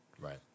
Right